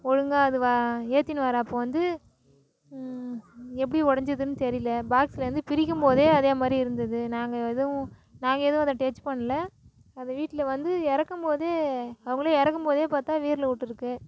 ஒழுங்கா அதை வ ஏத்தினு வரப்போ வந்து எப்படி ஒடைஞ்சதுனு தெரியல பாக்ஸில் இருந்து பிரிக்கும் போதே அதே மாதிரி இருந்தது நாங்கள் எதுவும் நாங்கள் எதுவும் அதை டச் பண்ணல அது வீட்டில் வந்து இறக்கும் போதே அவர்களே இறக்கும் போதே பார்த்தா வீரல் விட்டுருக்கு